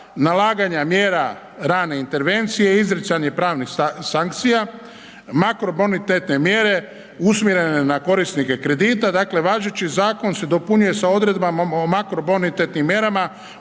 nalaganja mjera rane intervencije, izricanje pravnih sankcija, makrobonitetne mjere usmjerene na korisnike kredita, dakle važeći zakon se dopunjuje sa odredbama makrobonitetnim mjerama